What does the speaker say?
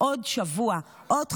יש פנייה משבוע שעבר על זוג